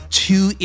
two